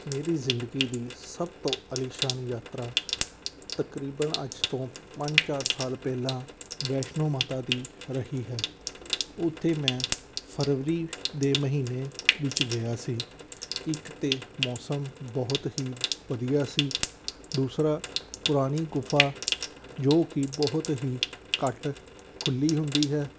ਮੇਰੀ ਜ਼ਿੰਦਗੀ ਦੀ ਸਭ ਤੋਂ ਅਲੀਸ਼ਾਨ ਯਾਤਰਾ ਤਕਰੀਬਨ ਅੱਜ ਤੋਂ ਪੰਜ ਚਾਰ ਸਾਲ ਪਹਿਲਾਂ ਵੈਸ਼ਨੋ ਮਾਤਾ ਦੀ ਰਹੀ ਹੈ ਉੱਥੇ ਮੈਂ ਫਰਵਰੀ ਦੇ ਮਹੀਨੇ ਵਿੱਚ ਗਿਆ ਸੀ ਇੱਕ ਤਾਂ ਮੌਸਮ ਬਹੁਤ ਹੀ ਵਧੀਆ ਸੀ ਦੂਸਰਾ ਪੁਰਾਣੀ ਗੁਫ਼ਾ ਜੋ ਕਿ ਬਹੁਤ ਹੀ ਘੱਟ ਖੁੱਲ੍ਹੀ ਹੁੰਦੀ ਹੈ